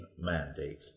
mandate